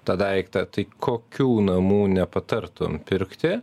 tą daiktą tai kokių namų nepatartum pirkti